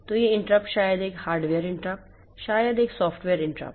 तो यह इंटरप्ट शायद एक हार्डवेयर इंटरप्ट शायद एक सॉफ्टवेयर इंटरप्ट